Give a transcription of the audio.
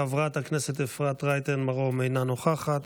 חברת הכנסת אפרת רייטן מרום, אינה נוכחת.